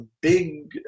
big